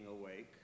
awake